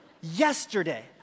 Yesterday